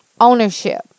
ownership